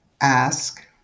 ask